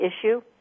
issue